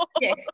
yes